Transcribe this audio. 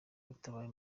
atabaye